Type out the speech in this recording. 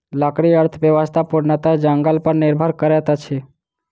लकड़ी अर्थव्यवस्था पूर्णतः जंगल पर निर्भर करैत अछि